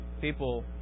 People